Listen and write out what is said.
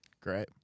Great